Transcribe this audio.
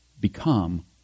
become